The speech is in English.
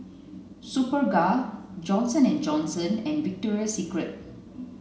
Superga Johnson and Johnson and Victoria Secret